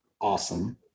awesome